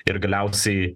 ir galiausiai